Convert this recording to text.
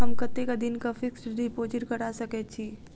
हम कतेक दिनक फिक्स्ड डिपोजिट करा सकैत छी?